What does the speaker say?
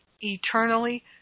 eternally